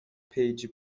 پیجی